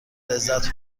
لذت